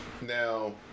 Now